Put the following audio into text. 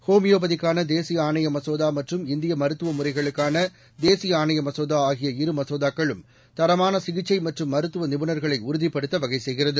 ஹோமியோபதிக்கான தேசிய ஆணைய மசோதா மற்றும் இந்திய மருத்துவ முறைகளுக்கான தேசிய ஆணைய மசோதா ஆகிய இரு மசோதாக்களும் தரமான சிகிச்சை மற்றும் மருத்துவ நிபுணர்களை உறுதிப்படுத்த வகை செய்கிறது